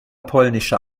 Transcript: polnischer